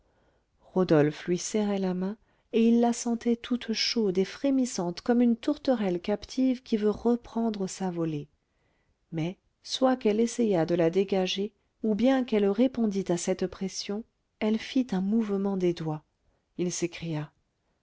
rodolphe lui serrait la main et il la sentait toute chaude et frémissante comme une tourterelle captive qui veut reprendre sa volée mais soit qu'elle essayât de la dégager ou bien qu'elle répondît à cette pression elle fit un mouvement des doigts il s'écria